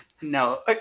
No